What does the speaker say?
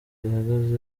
rihagaze